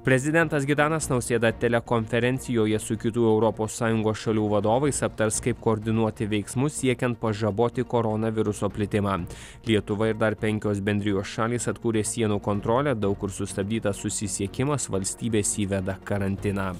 prezidentas gitanas nausėda telekonferencijoje su kitų europos sąjungos šalių vadovais aptars kaip koordinuoti veiksmus siekiant pažaboti koronaviruso plitimą lietuva ir dar penkios bendrijos šalys atkūrė sienų kontrolę daug kur sustabdytas susisiekimas valstybės įveda karantiną